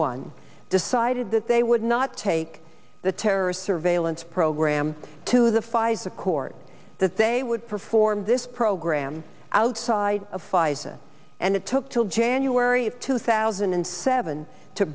one decided that they would not take the terrorist surveillance program to the pfizer court that they would perform this program outside of pfizer and it took till january of two thousand and seven to